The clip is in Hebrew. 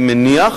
אני מניח